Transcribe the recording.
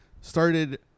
started